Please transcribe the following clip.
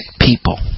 people